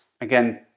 again